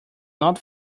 not